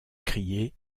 crier